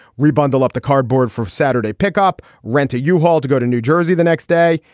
re bundle up the cardboard for saturday, pick up rent a yeah u-haul to go to new jersey the next day.